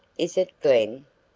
is it glen?